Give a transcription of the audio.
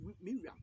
Miriam